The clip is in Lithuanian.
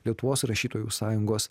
lietuvos rašytojų sąjungos